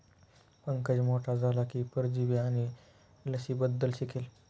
पंकज मोठा झाला की परजीवी आणि लसींबद्दल शिकेल